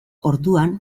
orduan